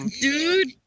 Dude